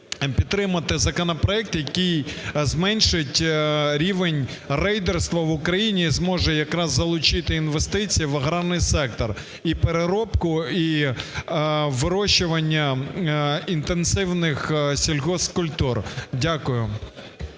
підтримати законопроект, який зменшить рівень рейдерства в Україні і зможе якраз інвестиції в аграрний сектор, і переробку, і вирощування інтенсивних сільгоспкультур. Дякую.